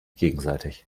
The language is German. gegenseitig